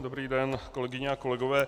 Dobrý den, kolegyně a kolegové.